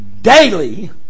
daily